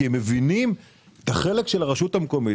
כי הוא הבין את החלק של הרשות המקומית.